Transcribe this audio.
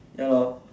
ya lor